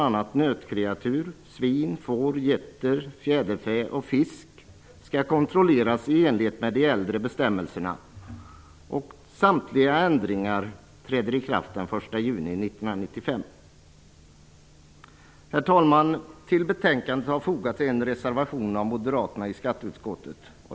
nötkreatur, svin, får, getter, fjäderfä och fisk skall kontrolleras i enlighet med de äldre bestämmelserna. Herr talman! Till betänkandet har fogats en reservation från moderaterna i skatteutskottet.